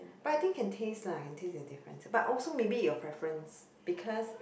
but I think can taste lah can taste the difference but also maybe your preference because